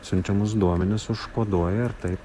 siunčiamus duomenis užkoduoja ir taip